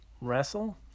wrestle